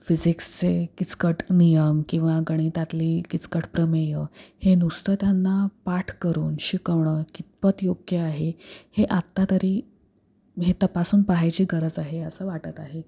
फिजिक्सचे किचकट नियम किंवा गणितातली किचकट प्रमेयं हे नुसतं त्यांना पाठ करून शिकवणं कितपत योग्य आहे हे आता तरी हे तपासून पाहायची गरज आहे असं वाटत आहे